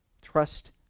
Trust